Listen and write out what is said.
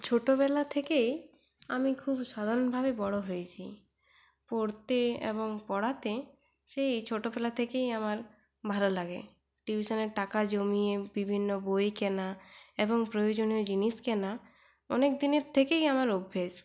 ছোটবেলা থেকেই আমি খুব সাধারণভাবে বড়ো হয়েছি পড়তে এবং পড়াতে সেই ছোটোবেলা থেকেই আমার ভালো লাগে টিউশনের টাকা জমিয়ে বিভিন্ন বই কেনা এবং প্রয়োজনীয় জিনিস কেনা অনেকদিনের থেকেই আমার অভ্যেস